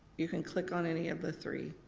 you can click on any of the three.